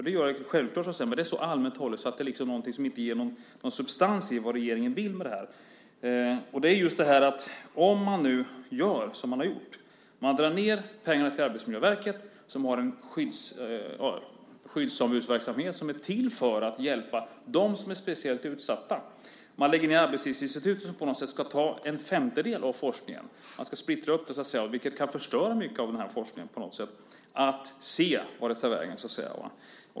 Det gör de självklart, men det är så allmänt hållet att det inte ger någon substans när det gäller vad regeringen vill med det här. Man drar ned pengarna till Arbetsmiljöverket, som har en skyddsombudsverksamhet som är till för att hjälpa dem som är speciellt utsatta. Man lägger ned Arbetslivsinstitutet som på något sätt ska ta en femtedel av forskningen. Man ska splittra det, så att säga, vilket kan förstöra mycket av den här forskningen. Det handlar om att se vart det tar vägen.